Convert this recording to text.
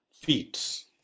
feats